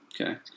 okay